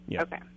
Okay